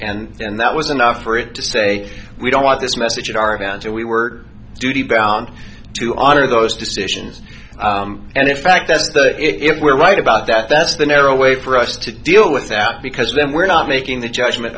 t and that was enough for it to say we don't want this message are bound to we were duty bound to honor those decisions and in fact that's the if we're right about that that's the narrow way for us to deal with that because then we're not making the judgment